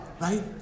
right